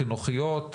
חינוכיות,